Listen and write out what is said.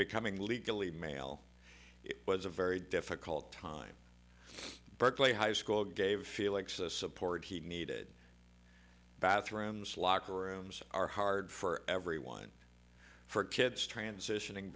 becoming legally male it was a very difficult time berkeley high school gave felix a support he needed bathrooms locker rooms are hard for everyone for kids transitioning